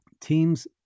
teams